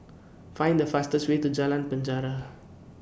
Find The fastest Way to Jalan Penjara